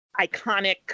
iconic